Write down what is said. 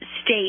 state